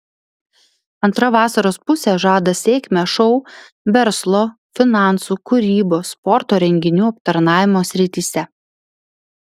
antra vasaros pusė žada sėkmę šou verslo finansų kūrybos sporto renginių aptarnavimo srityse